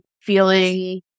feeling